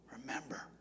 Remember